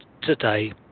today